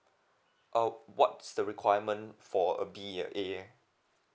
uh what's the requirement for a B and A